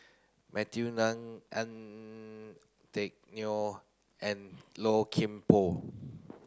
Matthew Ngui Teck Neo and Low Kim Pong